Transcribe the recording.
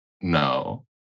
No